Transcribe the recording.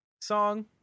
song